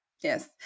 Yes